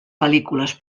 pel·lícules